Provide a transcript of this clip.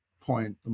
point